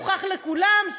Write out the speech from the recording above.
הוכח לכולם,